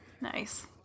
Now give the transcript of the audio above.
Nice